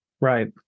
Right